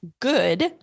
good